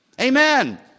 Amen